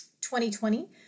2020